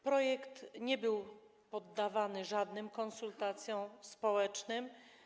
Projekt nie był poddawany żadnym konsultacjom społecznym.